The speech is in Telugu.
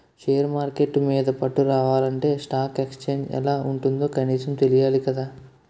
షేర్ మార్కెట్టు మీద పట్టు రావాలంటే స్టాక్ ఎక్సేంజ్ ఎలా ఉంటుందో కనీసం తెలియాలి కదా